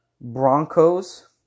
Broncos